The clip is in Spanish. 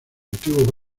antiguo